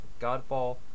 Godfall